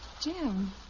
Jim